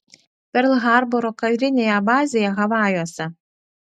perl harboro karinėje bazėje havajuose